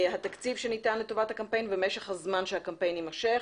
התקציב שניתן לטובת הקמפיין ומשך הזמן שהקמפיין יימשך.